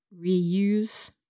reuse